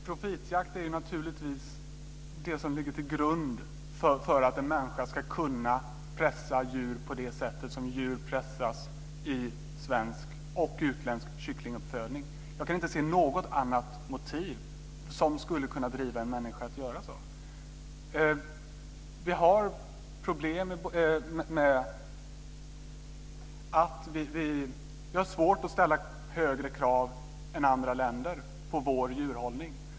Fru talman! Profitjakt är naturligtvis det som ligger till grund för att en människa ska kunna pressa djur på det sätt som djur pressas i svensk och utländsk kycklinguppfödning. Jag kan inte se något annat motiv som skulle kunna driva en människa att göra så. Vi har svårt att ställa högre krav på djurhållningen än andra länder.